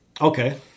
Okay